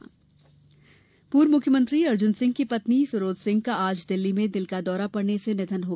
सरोज सिंह निधन पूर्व मुख्यमंत्री अर्जुन सिंह की पत्नी सरोज सिंह का आज दिल्ली में दिल का दौरा पड़ने से निधन हो गया